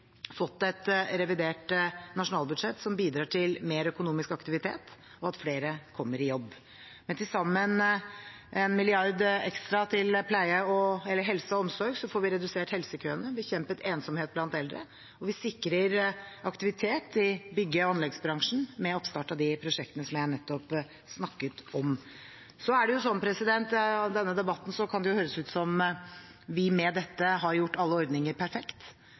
fått et revidert nasjonalbudsjett som bidrar til mer økonomisk aktivitet og at flere kommer i jobb. Med til sammen én milliard ekstra til helse og omsorg får vi redusert helsekøene, bekjempet ensomhet blant eldre, og vi sikrer aktivitet i bygge- og anleggsbransjen med oppstart av de prosjektene som jeg nettopp snakket om. Så kan det jo av denne debatten høres ut som om vi med dette har gjort alle ordninger perfekt.